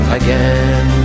again